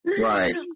Right